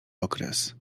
okres